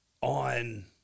on